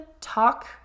talk